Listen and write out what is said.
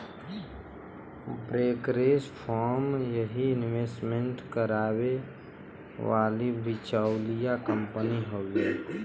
brokerage firm यही investment कराए वाली बिचौलिया कंपनी हउवे